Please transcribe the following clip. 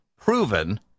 proven